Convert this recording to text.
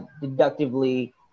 deductively